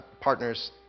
partners